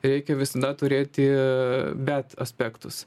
reikia visada turėti bet aspektus